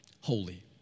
holy